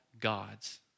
gods